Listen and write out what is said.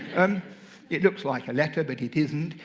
um it looks like a letter, but it isn't.